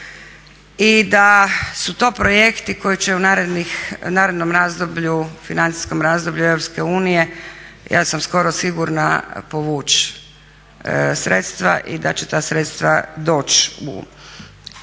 i da su to projekti koji će u narednom razdoblju, financijskom razdoblju EU ja sam skoro sigurna povući sredstva i da će ta sredstva doći na